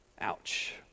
ouch